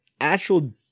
actual